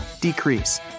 decrease